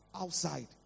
outside